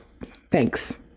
thanks